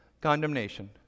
condemnation